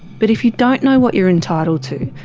but if you don't know what you're entitled to,